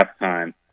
halftime